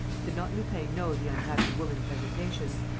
did not lupin know the unhappy woman's hesitations?